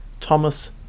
Thomas